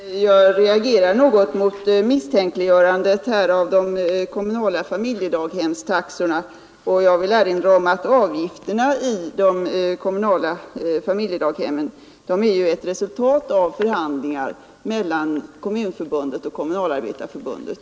Herr talman! Jag reagerar något mot misstänkliggörandet här av de kommunala familjedaghemskostnaderna. Jag vill erinra om att dagbarnvårdarnas ersättning är ett resultat av förhandlingar mellan Kommunförbundet och Kommunalarbetareförbundet.